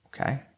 okay